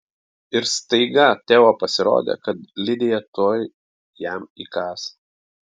ir staiga teo pasirodė kad lidija tuoj jam įkąs